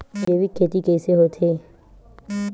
जैविक खेती कइसे होथे?